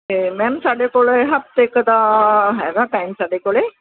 ਤਾਂ ਮੈਮ ਸਾਡੇ ਕੋਲ ਹਫ਼ਤੇ ਕੁ ਦਾ ਹੈਗਾ ਟੈਮ ਸਾਡੇ ਕੋਲ